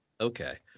Okay